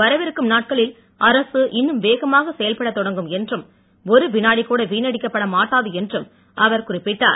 வரவிருக்கும் நாட்களில் அரசு இன்னும் வேகமாக செயல்படத் தொடங்கும் என்றும் ஒரு வினாடி கூட வீணாக்கப்பட மாட்டாது என்றும் அவர் குறிப்பிட்டார்